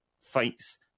fights